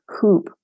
hoop